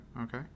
okay